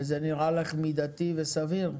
וזה נראה לך מידתי וסביר?